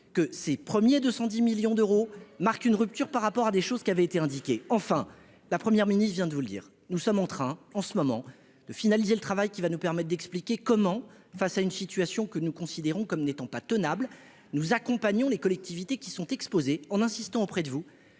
que ses premiers 210 millions d'euros, marque une rupture par rapport à des choses qui avait été indiqué enfin la première mini-vient de vous le dire, nous sommes en train en ce moment de finaliser le travail qui va nous permettre d'expliquer comment, face à une situation que nous considérons comme n'étant pas tenable, nous accompagnons les collectivités qui sont exposés en insistant auprès de vous